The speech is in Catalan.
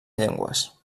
llengües